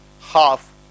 half